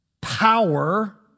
power